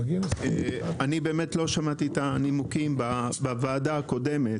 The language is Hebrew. אני באמת לא שמעתי את הנימוקים בוועדה הקודמת,